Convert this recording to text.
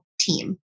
team